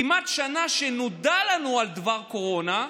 כמעט שנה מאז שנודע לנו על דבר הקורונה,